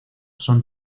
son